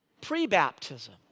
pre-baptism